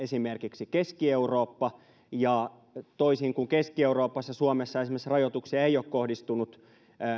esimerkiksi keski eurooppa ja toisin kuin keski euroopassa suomessa rajoituksia ei esimerkiksi ole kohdistunut